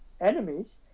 enemies